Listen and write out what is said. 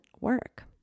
work